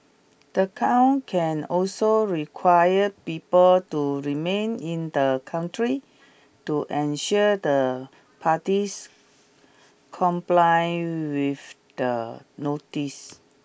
the count can also require people to remain in the country to ensure the parties comply with the notice